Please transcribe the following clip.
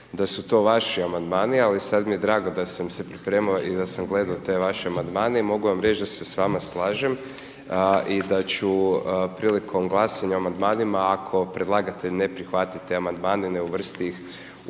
da su to vaši amandmani ali sada mi je drago da sam se pripremao i da sam gledao te vaše amandmane i mogu vam reći da se s vama slažem i da ću prilikom glasanja o amandmanima ako predlagatelj ne prihvati te amandmane, ne uvrsti ih